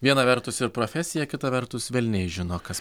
viena vertus ir profesija kita vertus velniai žino kas